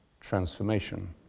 transformation